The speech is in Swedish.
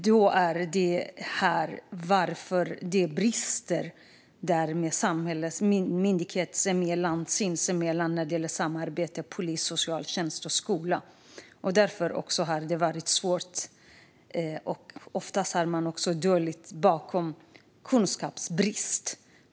Frågan är varför det brister i samhället och myndigheterna sinsemellan när det gäller samarbete mellan polis, socialtjänst och skola. Det har därför varit svårt, och ofta har man gömt sig bakom kunskapsbrist.